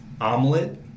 omelet